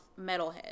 metalhead